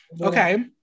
Okay